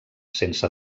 sense